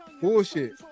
bullshit